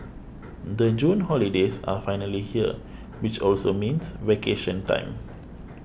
the June holidays are finally here which also means vacation time